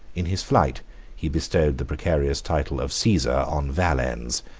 in his flight he bestowed the precarious title of caesar on valens,